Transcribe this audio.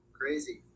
crazy